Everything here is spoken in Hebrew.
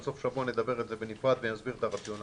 על סוף השבוע נדבר בנפרד ואני אסביר את הרציונל.